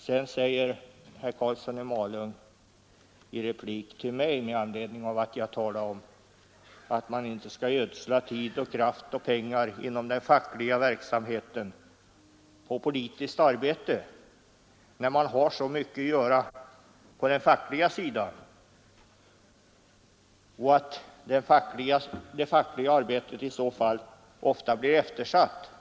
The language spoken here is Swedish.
Herr Karlsson i Malung ägnade mig en replik med anledning av att jag talade om att man inte skall ödsla tid, kraft och pengar inom den fackliga verksamheten på politiskt arbete när man har så mycket att göra på den fackliga sidan, eftersom det fackliga arbetet i så fall ofta blir eftersatt.